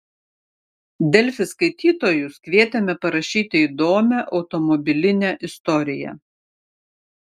delfi skaitytojus kvietėme parašyti įdomią automobilinę istoriją